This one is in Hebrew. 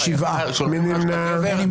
הצבעה לא אושרו.